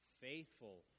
faithful